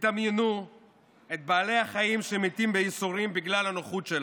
תדמיינו את בעלי החיים שמתים בייסורים בגלל הנוחות שלנו.